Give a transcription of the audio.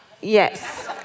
yes